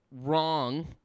wrong